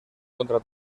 contra